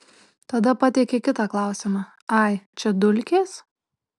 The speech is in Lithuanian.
tada pateikė kitą klausimą ai čia dulkės